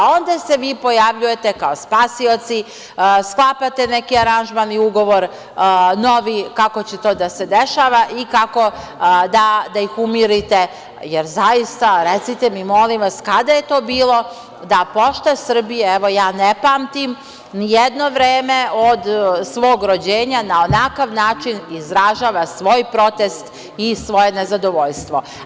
Onda se vi pojavljujete kao spasilac, sklapate neke aranžmane i ugovore, kako će to da se dešava i kako da ih umirite, jer zaista, recite mi molim vas, kada je to bilo da „Pošta Srbije“, evo ja ne pamtim ni jedno vreme od svog rođenja da na onakav način izražava svoj protest i svoje nezadovoljstvo.